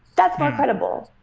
that's more credible,